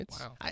Wow